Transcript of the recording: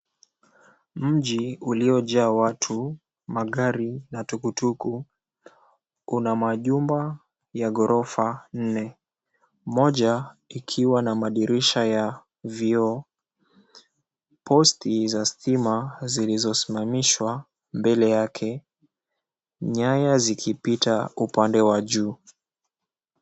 Mji uliojaa watu, gari na tukutuku una majumba ya ghorofa nne, moja ikiwa na madirisha ya vyoo, posti za stima zilizosimamishwa mbele yake , nyaya zikipita upande wa juu.